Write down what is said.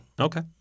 Okay